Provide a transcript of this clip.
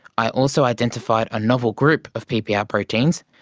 i also identified a novel group of ppr proteins.